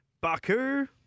Baku